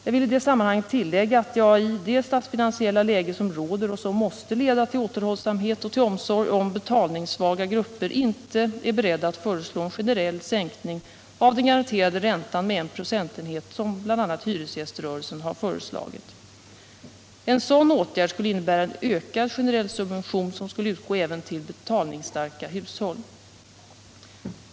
Jag vill nu tillägga att jag i det statsfinansiella läge som råder och som måste leda till återhållsamhet och till omsorg om betalningssvaga grupper inte är beredd att föreslå en generell sänkning av den garanterade räntan med en procentenhet, som bl.a. hyresgäströrelsen har föreslagit. En sådan åtgärd skulle innebära en ökad generell subvention som skulle utgå även till betalningsstarka hushåll.